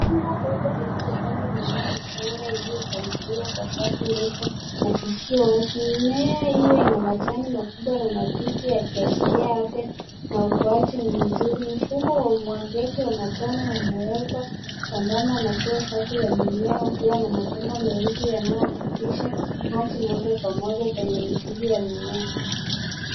Pamba ndogo lililopandwa mimea michanga iliyopangiliwa kwa safu ndefu na zisizowazi mimea hiyo ina majani makubwa na mapicha ya kiashiria ya afya na ukuaji mzuri mfumo wa umwagiliaji wa matone umewekwa sambamba na kila safu ya mimea ukiwa na mapambo meusi yanayopitisha maji moja kwa moja kwenye mizizi ya mimea.